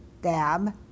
Dab